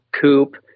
Coupe